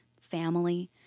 family